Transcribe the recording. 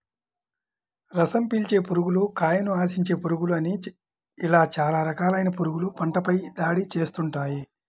రసం పీల్చే పురుగులు, కాయను ఆశించే పురుగులు అని ఇలా చాలా రకాలైన పురుగులు పంటపై దాడి చేస్తుంటాయి